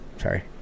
Sorry